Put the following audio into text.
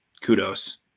kudos